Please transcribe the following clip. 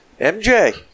MJ